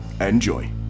Enjoy